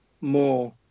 more